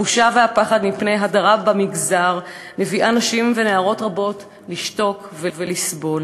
הבושה והפחד מפני הדרה במגזר מביאים נשים ונערות רבות לשתוק ולסבול.